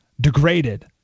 degraded